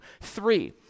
Three